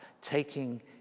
taking